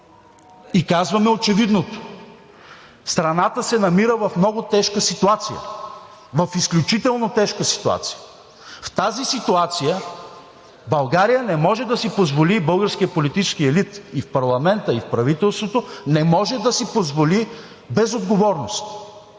и казваме очевидното. Страната се намира в много тежка ситуация, в изключително тежка ситуация. В тази ситуация България не може да си позволи и българският политически елит в парламента, и в правителството не може да си позволят безотговорност.